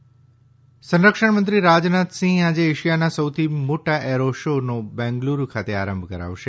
ઃ સંરક્ષણ મંત્રી રાજનાથસીંહ એશિયાના સૌથી મોટા એરો શો નો બેંગલુરૂ ખાતે આરંભ કરાવશે